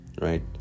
right